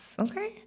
Okay